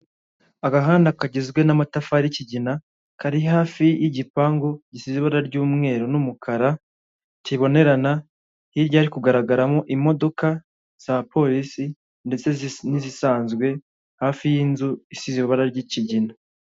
Agahanda kagizwe n'amatafari y'ikigina kari hafi y'igipangu gisize ibara ry'umweru n'umukara kibonerana, hirya hari kugaragaramo imodoka za polisi ndetse n'izisanzwe hafi y'inzu isize ibara ry'ikigina.